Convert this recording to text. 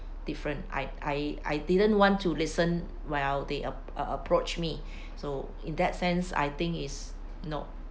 different I I I didn't want to listen while they ap~ ap~ approach me so in that sense I think is no